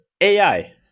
ai